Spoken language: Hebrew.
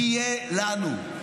תהיה לנו.